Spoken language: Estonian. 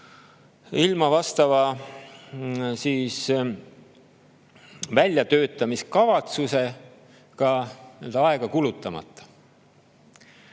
ilma vastavale väljatöötamiskavatsusele aega kulutamata.